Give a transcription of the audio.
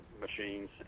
machines